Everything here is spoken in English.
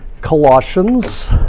Colossians